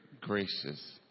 gracious